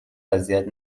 اذیت